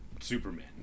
Superman